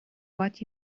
what